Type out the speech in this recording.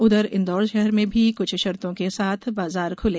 उधर इंदौर शहर में कुछ शर्तों के साथ बाजार खुले